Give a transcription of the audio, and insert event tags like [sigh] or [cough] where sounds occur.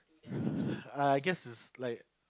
[laughs] I guess it's like